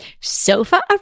Sofa